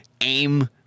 aim